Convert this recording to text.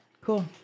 Cool